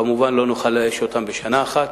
כמובן, לא נוכל לאייש אותם בשנה אחת.